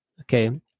okay